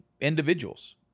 individuals